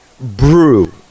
brew